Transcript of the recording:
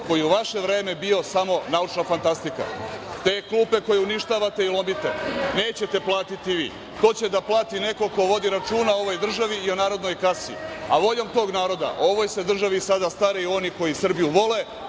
koji je u vaše vreme bio samo naučno fantastika. Te klupe koje uništavate i lomite, nećete platiti vi, to će da plati neko ko vodi računa o ovoj državi i o narodnoj kasi, a voljom tog naroda u ovoj se državi sada staraju oni koji Srbiju vole,